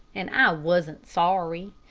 and i wasn't sorry.